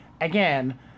again